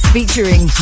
Featuring